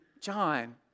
John